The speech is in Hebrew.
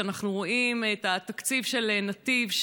כשאנחנו רואים את התקציב של נתיב,